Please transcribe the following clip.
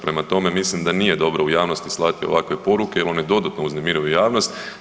Prema tome, mislim da nije dobro u javnosti slati ovakve poruke jer one dodatno uznemiruju javnost.